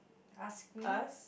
ask me